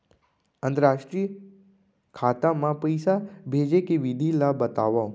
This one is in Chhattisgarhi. अंतरराष्ट्रीय खाता मा पइसा भेजे के विधि ला बतावव?